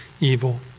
evil